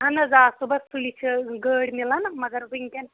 اہن حظ آ صُبحس سُلی چھِ گٲڑۍ مِلان مگر وٕنکٮ۪ن